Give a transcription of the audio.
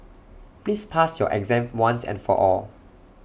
please pass your exam once and for all